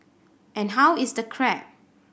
and how is the crab